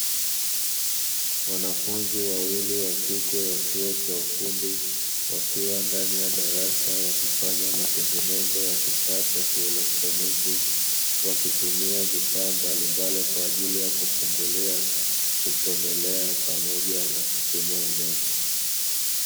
Wanafunzi wawili wa kike wa chuo cha ufundi wakiwa ndani ya darasa wakifanya matengenezo ya kifaa cha kielektroniki, wakitumia vifaa mbalimbali kwa ajili ya kufungulia, kuchomelea, pamoja na kupimia umeme.